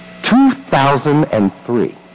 2003